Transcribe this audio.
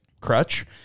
crutch